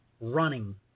running